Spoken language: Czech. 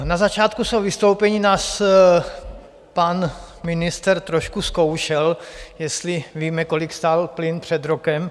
Na začátku svého vystoupení nás pan ministr trošku zkoušel, jestli víme, kolik stál plyn před rokem.